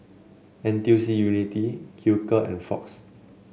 N T U C Unity Hilker and Fox